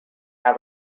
out